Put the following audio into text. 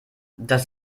das